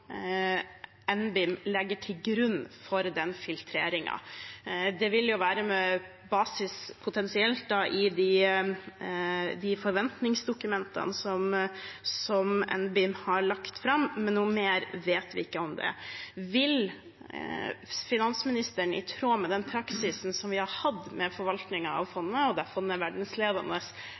NBIM legger til grunn for den filtreringen. Det vil potensielt være med basis i de forventningsdokumentene som NBIM har lagt fram, men noe mer vet vi ikke om det. Vil finansministeren, i tråd med den praksisen som vi har hatt med forvaltningen av fondet, og der fondet er